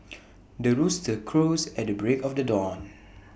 the rooster crows at the break of the dawn